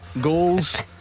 goals